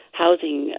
housing